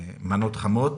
ומנות חמות,